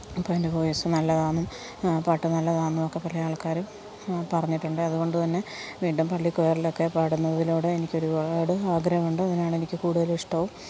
അപ്പം എൻ്റെ വോയിസ് നല്ലതാണെന്നും പാട്ട് നല്ലതാണെന്നും ഒക്കെ പല ആൾക്കാരും പറഞ്ഞിട്ടുണ്ട് അതുകൊണ്ടുതന്നെ വീണ്ടും പള്ളി കൊയറിലൊക്കെ പാടുന്നതിനോട് എനിക്കൊരുപാട് ആഗ്രഹമുണ്ട് അതിനാണ് എനിക്ക് കൂടുതൾ ഇഷ്ടവും